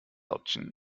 option